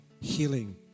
healing